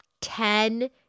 Ten